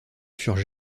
furent